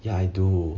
ya I do